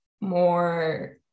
more